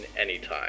anytime